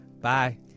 bye